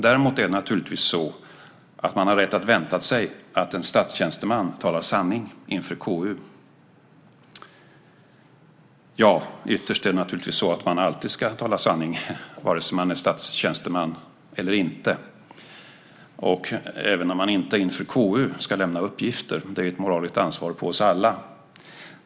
Däremot har man naturligtvis rätt att vänta sig att en statstjänsteman talar sanning inför KU. Ytterst ska man naturligtvis alltid tala sanning, vare sig man är statstjänsteman eller inte och även om man inte inför KU ska lämna uppgifter. Det är ett moraliskt ansvar på oss alla.